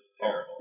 terrible